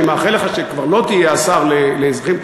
אני מאחל לך שכבר לא תהיה השר לאזרחים,